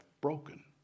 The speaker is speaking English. broken